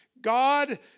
God